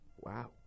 Wow